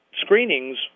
screenings